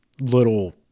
little